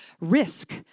Risk